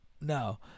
no